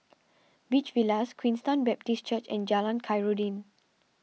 Beach Villas Queenstown Baptist Church and Jalan Khairuddin